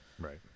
Right